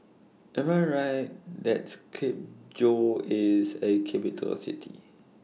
Am I Right that Skopje IS A Capital City